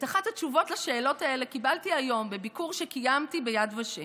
את אחת התשובות על השאלות האלה קיבלתי היום בביקור שקיימתי ביד ושם.